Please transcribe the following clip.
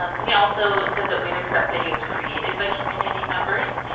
um we also said that we would accept videos created by community members.